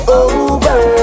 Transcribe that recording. over